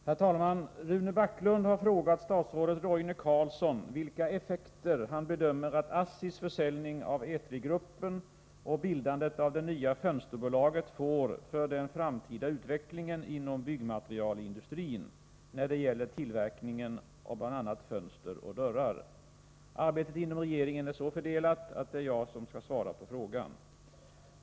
Herr talman! Rune Backlund har frågat statsrådet Roine Carlsson vilka effekter han bedömer att ASSI:s försäljning av Etrigruppen och bildandet av det nya fönsterbolaget får för den framtida utvecklingen inom byggmaterialindustrin när det gäller tillverkningen av bl.a. fönster och dörrar. Arbetet inom regeringen är så fördelat att det är jag som skall svara på frågan.